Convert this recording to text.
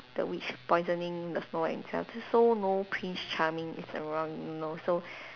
the witch poisoning the Snow White himself so no prince charming is around you know so